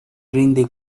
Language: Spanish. rinde